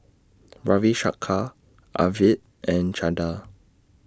Ravi Shankar Arvind and Chanda